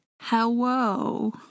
Hello